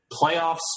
playoffs